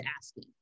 asking